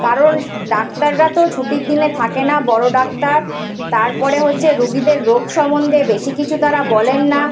কারণ ডাক্তাররা তো ছুটির দিনে থাকে না বড়ো ডাক্তার তারপরে হচ্ছে রুগিদের রোগ সমন্ধে বেশি কিছু তারা বলেন না